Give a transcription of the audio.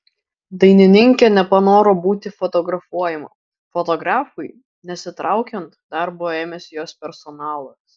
dainininkė nepanoro būti fotografuojama fotografui nesitraukiant darbo ėmėsi jos personalas